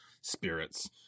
spirits